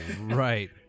right